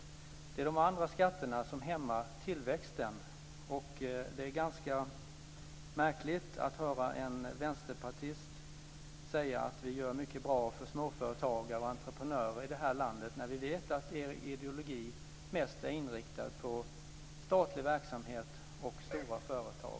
Det är de andra skatterna som hämmar tillväxten. Det är ganska märkligt att höra en vänsterpartist säga att man gör mycket bra för företagare och entreprenörer i det här landet när vi vet att er ideologi är mest inriktad på statlig verksamhet och stora företag.